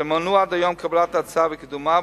שמנעו עד היום קבלת ההצעה וקידומה,